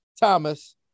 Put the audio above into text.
Thomas